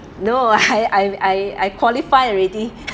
no I I I qualify already